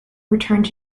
returned